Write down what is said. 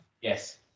yes